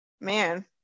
man